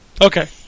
Okay